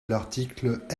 l’article